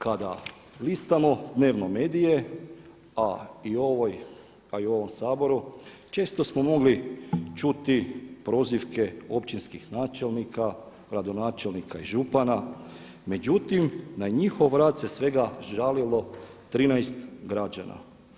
Kada listamo dnevno medije a i u ovom Saboru često smo mogli čuti prozivke općinskih načelnika, gradonačelnika i župana međutim na njihov rad se svega žalilo 13 građana.